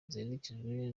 ziherekejwe